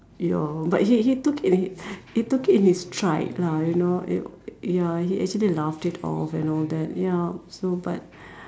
ya but he he took it he took it in his stride lah you know it ya he actually laughed it off and all that ya so but